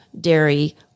dairy